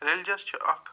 religious چھِ اکھ